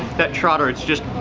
that trotter, it's just,